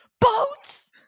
boats